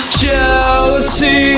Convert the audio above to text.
jealousy